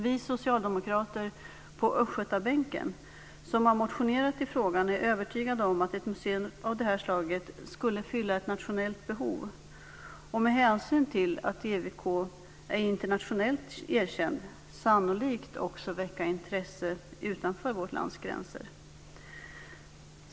Vi socialdemokrater på Östgötabänken som har motionerat i frågan är övertygade om att ett museum av det här slaget skulle fylla ett nationellt behov och att det med hänsyn till att EWK är internationellt erkänd sannolikt också skulle väcka intresse utanför vårt lands gränser.